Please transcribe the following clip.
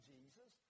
Jesus